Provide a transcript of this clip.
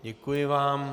Děkuji vám.